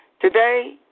Today